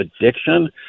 addiction